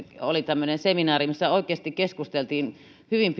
oli tämmöinen seminaari missä oikeasti keskusteltiin hyvin